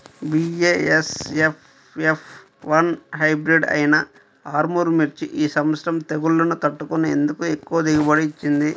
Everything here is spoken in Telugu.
బీ.ఏ.ఎస్.ఎఫ్ ఎఫ్ వన్ హైబ్రిడ్ అయినా ఆర్ముర్ మిర్చి ఈ సంవత్సరం తెగుళ్లును తట్టుకొని ఎందుకు ఎక్కువ దిగుబడి ఇచ్చింది?